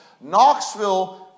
Knoxville